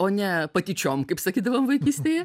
o ne patyčiom kaip sakydavom vaikystėje